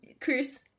chris